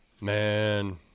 man